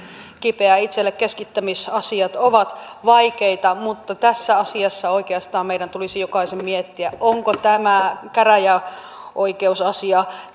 kipeää itselleni keskittämisasiat ovat vaikeita mutta tässä asiassa oikeastaan meidän tulisi jokaisen miettiä onko tämä käräjäoikeusasia